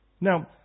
Now